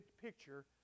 picture